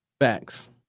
Thanks